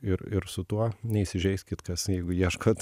ir ir su tuo neįsižeiskit kas jeigu ieškot